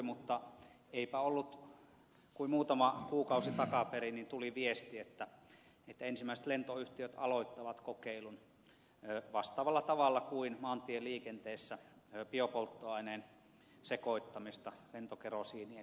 mutta eipä ollut kuin muutama kuukausi takaperin niin tuli viesti että ensimmäiset lentoyhtiöt aloittavat kokeilun vastaavalla tavalla kuin maantieliikenteessä kokeillaan biopolttoaineen sekoittamista lentokerosiiniin